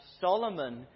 Solomon